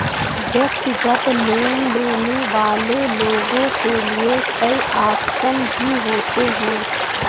व्यक्तिगत लोन लेने वाले लोगों के लिये कई आप्शन भी होते हैं